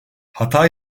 hata